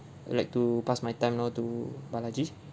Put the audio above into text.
I'd like to pass my time now to balaji